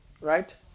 right